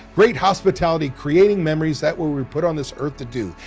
great hospitality, creating memories that were were put on this earth to do.